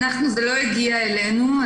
זה לא הגיע אלינו.